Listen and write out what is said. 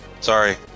Sorry